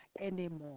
anymore